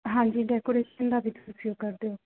ਹਾਂਜੀ ਡੈਕੋਰੇਸ਼ਨ ਦਾ ਵੀ ਤੁਸੀਂ ਉਹ ਕਰ ਦਿਓ